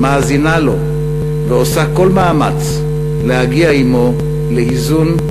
מאזינה לו ועושה כל מאמץ להגיע עמו לאיזון,